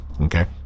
Okay